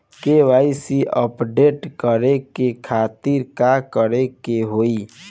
KYC update करे के खातिर का करे के होई?